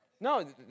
No